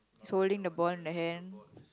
soiling the bowl in the hand